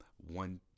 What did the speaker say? One